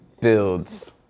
builds